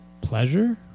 pleasure